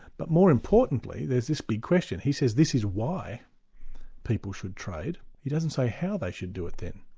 but more importantly, there's this big question. he says, this is why people should trade. he doesn't say how they should do it then.